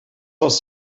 was